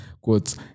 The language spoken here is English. quotes